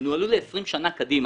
הם ינוהלו ל-20 שנה קדימה.